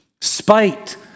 Spite